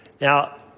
Now